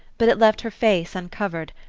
but it left her face uncovered,